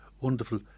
Wonderful